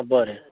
हां बरें